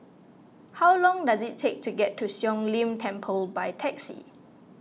how long does it take to get to Siong Lim Temple by taxi